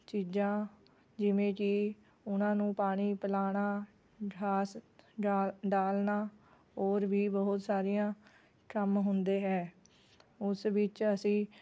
ਚੀਜਾਂ ਜਿਵੇਂ ਕਿ ਉਹਨਾਂ ਨੂੰ ਪਾਣੀ ਪਿਲਾਉਣਾ ਗਾਸ ਡਾਲ ਡਾਲਨਾ ਔਰ ਵੀ ਬਹੁਤ ਸਾਰੀਆਂ ਕੰਮ ਹੁੰਦੇ ਹੈ ਉਸ ਵਿੱਚ ਅਸੀਂ